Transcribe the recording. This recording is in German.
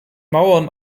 mauern